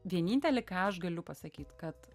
vienintelį ką aš galiu pasakyt kad